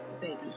Baby